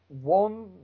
one